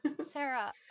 Sarah